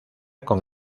con